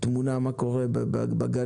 תמונה מה קורה בגליל,